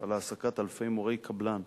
על העסקת אלפי מורי קבלן,